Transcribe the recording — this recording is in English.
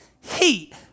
heat